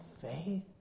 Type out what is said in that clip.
faith